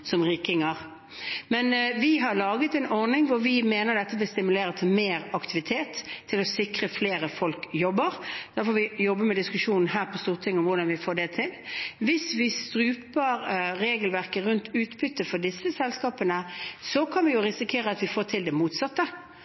som «rikinger». Vi har laget en ordning hvor vi mener dette vil stimulere til mer aktivitet, til å sikre flere folk jobber. Så får vi jobbe med diskusjonen her på Stortinget om hvordan vi får det til. Hvis vi struper regelverket rundt utbytte for disse selskapene, kan vi risikere at vi får til det motsatte,